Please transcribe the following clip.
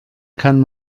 kann